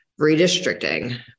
redistricting